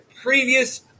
previous